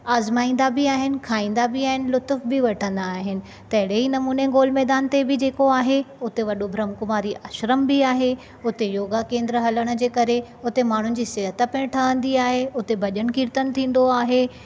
आज़माईंदा बि आहिनि खाईंदा बि आहिनि लुतुफ़ बि वठंदा आहिनि तहिड़े ई नमुने गोल मैदान ते बि जेको आहे उतो वॾो ब्रह्माकुमारीज़ आश्रम बि आहे हुते योगा केंद्र हलणु जे करे हुते माण्हू जी सिहत पिण ठहंदी आ हुते भज॒न कीर्तन थींदो आहे